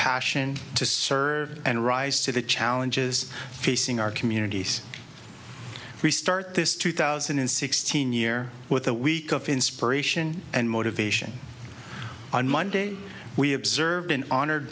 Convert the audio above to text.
passion to serve and rise to the challenges facing our communities we start this two thousand and sixteen year with a week of inspiration and motivation on monday we have served and honor